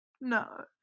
No